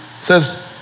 says